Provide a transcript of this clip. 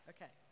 Okay